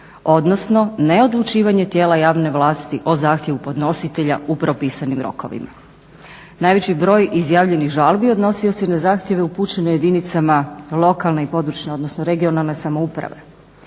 odnosno neodlučivanje tijela javne vlasti o zahtjevu podnositelja u propisanim rokovima. Najveći broj izjavljenih žalbi odnosio se i na zahtjeve upućene jedinicama lokalne i područne, odnosno regionalne samouprave.